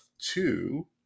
two